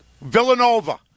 Villanova